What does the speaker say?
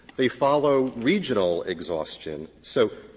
they follow regional exhaustion. so